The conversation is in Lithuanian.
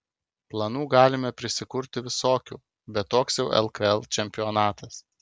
planų galime prisikurti visokių bet toks jau lkl čempionatas